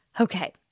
Okay